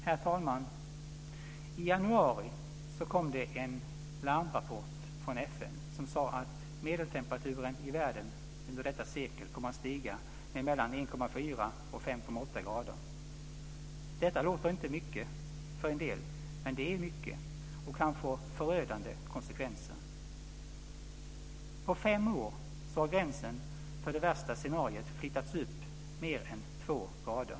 Herr talman! I januari kom det en larmrapport från FN som sade att medeltemperaturen i världen under detta sekel kommer att stiga med mellan 1,4 och 5,8 grader. Detta låter inte mycket för en del, men det är mycket och kan få förödande konsekvenser. På fem år har gränsen för det värsta scenariot flyttats upp med mer än 2 grader.